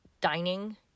dining